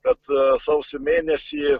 bet sausio mėnesį